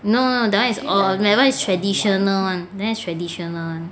no no that [one] is all that [one] is traditional [one] that [one] is traditional [one]